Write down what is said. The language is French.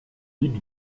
vic